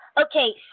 Okay